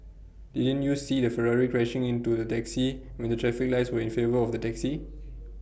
didn't you see the Ferrari crashing into the taxi when the traffic lights were in favour of the taxi